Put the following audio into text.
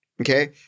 okay